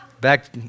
Back